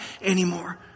anymore